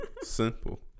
Simple